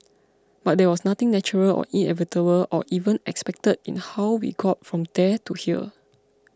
but there was nothing natural or inevitable or even expected in how we got from there to here